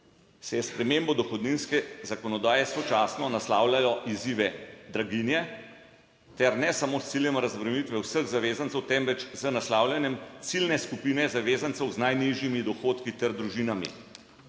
se je s spremembo dohodninske zakonodaje sočasno naslavljajo izzive draginje ter ne samo s ciljem razbremenitve vseh zavezancev, temveč z naslavljanjem ciljne skupine zavezancev z najnižjimi dohodki ter družinami.